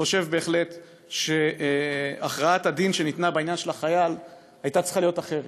חושב שבהחלט הכרעת הדין שניתנה בעניין של החייל הייתה צריכה להיות אחרת.